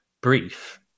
brief